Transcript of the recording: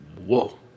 whoa